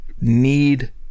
need